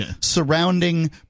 surrounding